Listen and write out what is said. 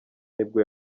nibwo